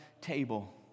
table